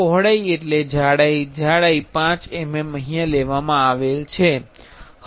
પહોળાઈ એટલે જાડાઈ જાડાઈ 5 mm છે